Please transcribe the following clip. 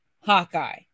Hawkeye